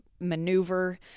maneuver